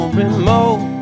remote